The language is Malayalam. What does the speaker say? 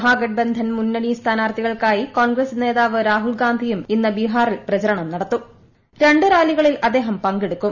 മഹാഗഡ്ബന്ധൻ മുന്നണി സ്ഥാനാർത്ഥികൾക്കായി കോൺഗ്രസ് ന്റേതാവ് രാഹുൽഗാന്ധിയും ഇന്ന് ബിഹാറിൽ പ്രചരണം നടത്തുള്ളൂർ രണ്ട് റാലികളിൽ അദ്ദേഹം പങ്കെടുക്കും